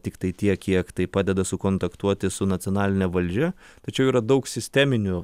tiktai tiek kiek tai padeda sukontaktuoti su nacionaline valdžia tačiau yra daug sisteminių